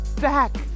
back